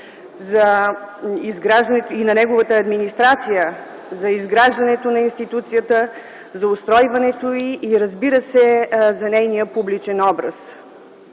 Гиньо Ганев и на неговата администрация за изграждането на институцията, за устройването й, и, разбира се, за нейния публичен образ.